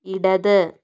ഇടത്